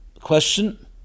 question